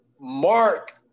Mark